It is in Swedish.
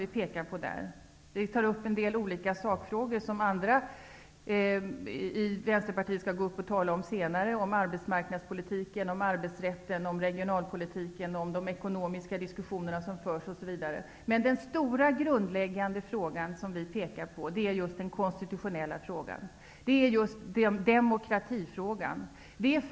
I den tar vi upp en del sakfrågor som andra från Vänsterpartiet kommer att tala om senare, t.ex. arbetsmarknadspolitik, arbetsrätt, regionalpolitik och ekonomiska diskussioner. Den grundläggande fråga vi pekar på är den konstitutionella frågan -- demokratifrågan.